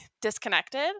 disconnected